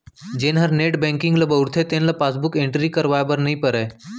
जेन हर net banking ल बउरथे तेन ल पासबुक एंटरी करवाए बर नइ परय